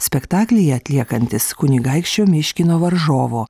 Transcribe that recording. spektaklyje atliekantis kunigaikščio myškino varžovo